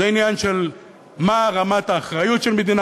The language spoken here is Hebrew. זה עניין של מה רמת האחריות של המדינה